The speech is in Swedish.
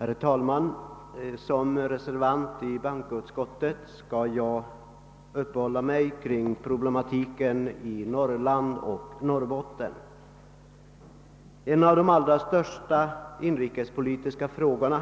Herr talman! Som reservant i bankoutskottet skall jag uppehålla mig kring problematiken i Norrbotten och Norrland i övrigt. En av de allra största inrikespolitiska frågor